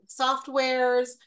softwares